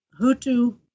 Hutu